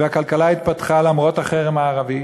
והכלכלה התפתחה למרות החרם הערבי,